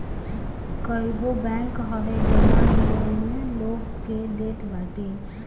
कईगो बैंक हवे जवन लोन लोग के देत बाटे